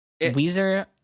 Weezer